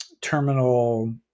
terminal